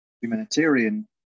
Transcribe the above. humanitarian